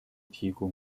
提供